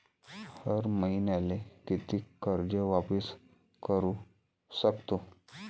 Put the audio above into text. हर मईन्याले कितीक कर्ज वापिस करू सकतो?